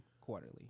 quarterly